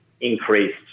increased